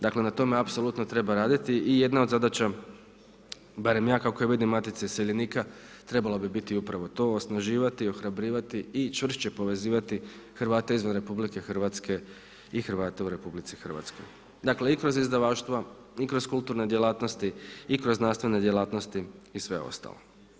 Dakle na tome apsolutno treba raditi i jedna od zadaća barem ja kako je vidim Matice isljednika trebalo bi biti upravo to osnaživati i ohrabrivati i čvršće povezivati Hrvate izvan RH i Hrvate u RH, dakle i kroz izdavaštva i kroz kulturne djelatnosti i kroz nastavne djelatnosti i sve ostalo.